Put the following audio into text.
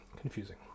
confusing